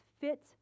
fit